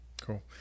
Cool